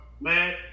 Man